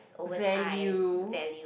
value